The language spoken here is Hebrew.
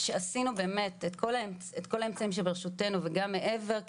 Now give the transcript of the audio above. כשעשינו באמת את כל האמצעים שברשותנו וגם מעבר,